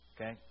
Okay